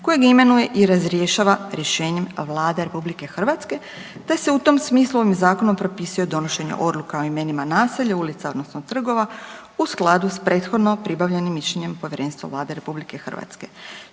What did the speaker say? kojeg imenuje i razrješava rješenjem Vlada RH te se u tom smislu, ovim Zakonom propisuje donošenje odluka o imenima naselja, ulica, odnosno trgova, u skladu s prethodno pribavljenim mišljenjem Povjerenstva Vlade RH, čime će se